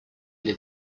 для